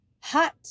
hot